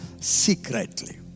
secretly